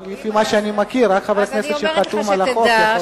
גם לפי מה שאני מכיר, רק חבר הכנסת שחתום על החוק.